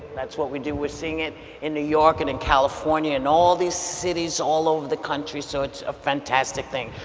that's what we do. we're seeing it in new york, and in california, and all these cities all over the country, so it's a fantastic thing.